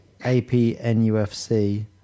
APNUFC